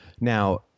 Now